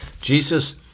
Jesus